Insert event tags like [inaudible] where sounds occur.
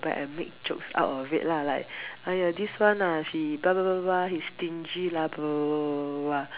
and make jokes out of it lah like !aiya! this one ah she [noise] he stingy lah (ppo）